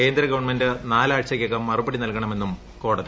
കേന്ദ്രഗവണ്മെന്റ് നാലാഴ്ചയ്ക്കകം മറുപടി നല്കണമെന്നും കോടതി